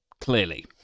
Clearly